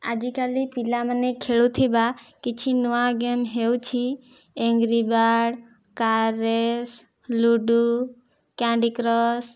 ଆଜିକାଲି ପିଲାମାନେ ଖେଳୁଥିବା କିଛି ନୂଆ ଗେମ୍ ହେଉଛି angry bird car race Ludo candy cross